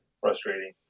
frustrating